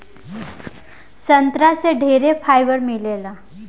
संतरा से ढेरे फाइबर मिलेला